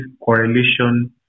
correlation